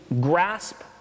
grasp